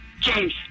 James